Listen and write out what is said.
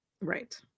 Right